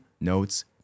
notes